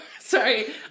Sorry